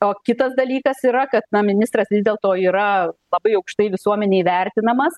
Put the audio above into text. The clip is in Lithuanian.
o kitas dalykas yra kad na ministras vis dėlto yra labai aukštai visuomenėj vertinamas